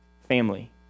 family